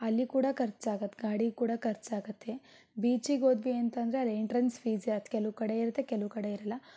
ಅಲ್ಲಿ ಕೂಡ ಖರ್ಚಾಗತ್ತೆ ಗಾಡಿ ಕೂಡ ಖರ್ಚಾಗತ್ತೆ ಬೀಚಿಗೆ ಹೋದ್ವಿ ಅಂತಂದರೆ ಅಲ್ಲಿ ಎಂಟ್ರೆನ್ಸ್ ಫೀಸ್ ಇರತ್ತೆ ಕೆಲವು ಕಡೆ ಇರತ್ತೆ ಕೆಲವು ಕಡೆ ಇರಲ್ಲ